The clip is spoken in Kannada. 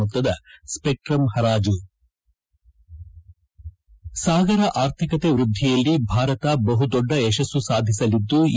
ಮೊತ್ತದ ಸ್ವೆಕ್ಟಂ ಹರಾಜು ಸಾಗರ ಆರ್ಥಿಕತೆ ವ್ಯದ್ಲಿಯಲ್ಲಿ ಭಾರತ ಬಹುದೊಡ್ಡ ಯಶಸ್ತು ಸಾಧಿಸಲಿದ್ಲು